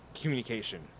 communication